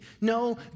No